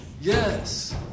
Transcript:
Yes